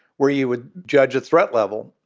where you would judge a threat level.